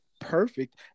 perfect